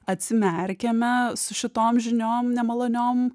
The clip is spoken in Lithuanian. atsimerkiame su šitom žiniom nemaloniom